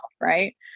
right